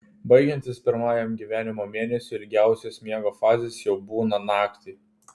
baigiantis pirmajam gyvenimo mėnesiui ilgiausios miego fazės jau būna naktį